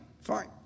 fine